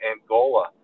Angola